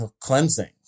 cleansing